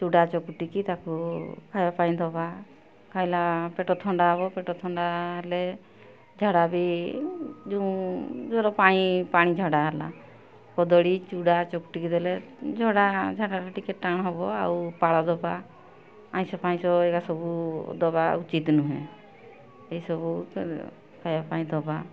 ଚୁଡ଼ା ଚକଟିକି ତାକୁ ଖାଇବା ପାଇଁ ଦବା ଖାଇଲା ପେଟ ଥଣ୍ଡା ହବ ପେଟ ଥଣ୍ଡା ହେଲେ ଝାଡ଼ା ବି ଯୋଉଁ ଧର ପାଣି ପାଣି ଝାଡ଼ା ହେଲା କଦଳୀ ଚୁଡ଼ା ଚକଟିକି ଦେଲେ ଝଡ଼ା ଝାଡ଼ାଟା ଟିକେ ଟାଣ ହେବ ଆଉ ପାଳ ଦେବା ଆଇଁଷ ଫାଇଁଷ ଏଗୁଡ଼ା ସବୁ ଦେବା ଉଚିତ୍ ନୁହେଁ ଏସବୁ ଖାଇବା ପାଇଁ ଦେବା